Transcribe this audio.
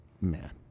Man